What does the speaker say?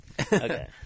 okay